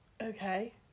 Okay